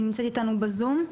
היא נמצאת איתנו בזום?